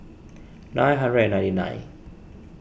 nine hundred and ninety nine